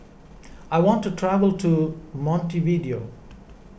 I want to travel to Montevideo